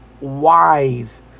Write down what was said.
wise